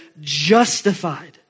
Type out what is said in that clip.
Justified